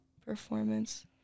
performance